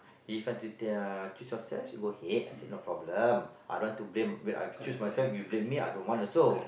if want to tell choose yourself you go ahead I said no problem I want to blame when I choose myself you blame me I don't want also